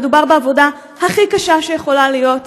מדובר בעבודה הכי קשה שיכולה להיות,